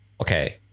Okay